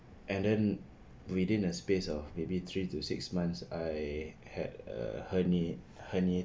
and then within a space of maybe three to six months I had a <UNK